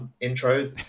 intro